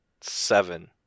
seven